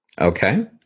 Okay